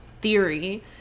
theory